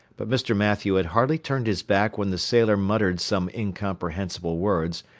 but mr. mathew had hardly turned his back when the sailor muttered some incomprehensible words,